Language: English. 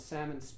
Salmon